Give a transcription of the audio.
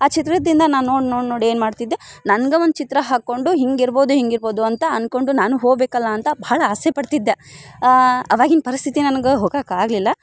ಆ ಚಿತ್ರದಿಂದ ನಾನು ನೋಡಿ ನೋಡಿ ನೋಡಿ ಏನ್ನು ಮಾಡ್ತಿದ್ದೆ ನನ್ಗೆ ಒಂದು ಚಿತ್ರ ಹಾಕ್ಕೊಂಡು ಹಿಂಗೆ ಇರ್ಬೋದು ಹಿಂಗೆ ಇರ್ಬೋದು ಅಂತ ಅಂದ್ಕೊಂಡು ನಾನು ಹೋಗ್ಬೇಕಲ್ಲ ಅಂತ ಬಹಳ ಆಸೆ ಪಡ್ತಿದ್ದೆ ಆವಾಗಿನ ಪರಿಸ್ಥಿತಿ ನನ್ಗೆ ಹೋಗೋಕೆ ಆಗಲಿಲ್ಲ